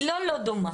היא לא לא דומה.